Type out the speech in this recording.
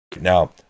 now